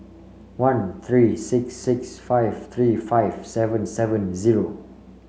one three six six five three five seven seven zero